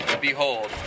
Behold